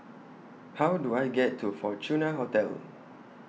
How Do I get to Fortuna Hotel